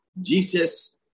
Jesus